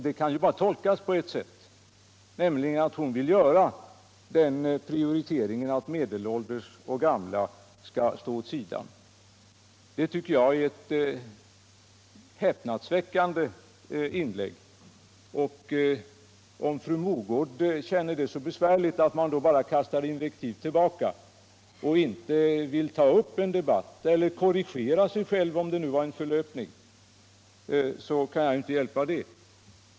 Det kan ju bara tolkas på ett sätt, nämligen så att fru Mogård vill göra den prioriteringen att medelålders och gamla skall stå åt sidan. Det tycker Jag är en häpnadsväckande ståndpunkt. Och om fru Mogård känner det så besvärligt att hon bara kastar invektiv tillbaka och inte vill ta upp en debatt eller korrigera sig själv, om det nu var en förlöpning, så kan jag inte hjälpa det.